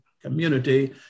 community